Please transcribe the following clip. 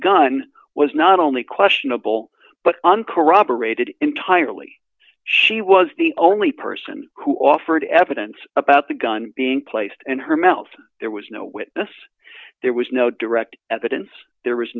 gun was not only questionable but uncorroborated entirely she was the only person who offered evidence about the gun being placed in her mouth there was no witness there was no direct evidence there was